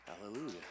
hallelujah